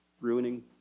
ruining